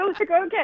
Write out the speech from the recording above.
okay